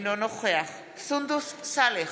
אינו נוכח סונדוס סאלח,